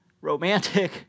romantic